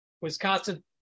Wisconsin